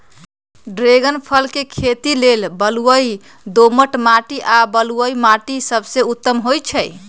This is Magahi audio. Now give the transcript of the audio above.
ड्रैगन फल के खेती लेल बलुई दोमट माटी आ बलुआइ माटि सबसे उत्तम होइ छइ